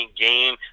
game